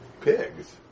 Pigs